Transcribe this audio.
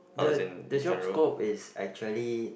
the the job scope is actually